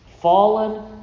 Fallen